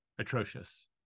Atrocious